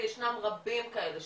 וישנם רבים כאלה,